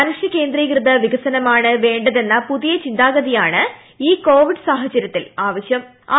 മനുഷ്യകേന്ദ്രീകൃത വികസനമാണ് വേണ്ടതെന്ന പുതിയ ചിന്താഗതിയാണ് ഈ കോവിഡ് സാഹചര്യത്തിൽ ആവശ്യം